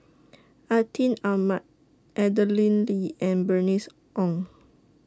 Atin Amat Madeleine Lee and Bernice Ong